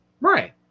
right